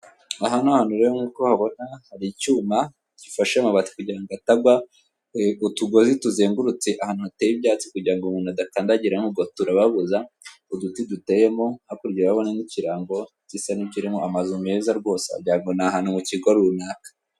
Aha ni ahantu rero nk'uko uhabona hari icyuma gifashe amabati kugira ngo atagwa, utugozi tuzengurutse ahantu hateye ibyatsi kugira ngo umuntu adakandagiramo ubwo turababuza, uduti duteyemo hakurya urabona n'ikirango gisa n'ikirimo amazu meza rwose wagira ngo ni ahantu mu kigo runaka.